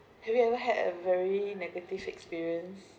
have you ever had a very negative experience